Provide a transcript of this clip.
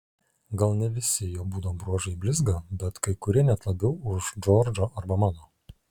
gal ne visi jo būdo bruožai blizga bet kai kurie net labiau už džordžo arba mano